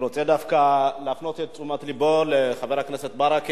ובדרישה לצדק חברתי בישראל.